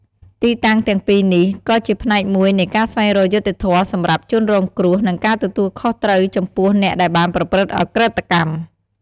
ទីតាំងទាំងពីរនេះ ក៏ជាផ្នែកមួយនៃការស្វែងរកយុត្តិធម៌សម្រាប់ជនរងគ្រោះ និងការទទួលខុសត្រូវចំពោះអ្នកដែលបានប្រព្រឹត្តឧក្រិដ្ឋកម្ម។